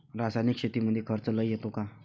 रासायनिक शेतीमंदी खर्च लई येतो का?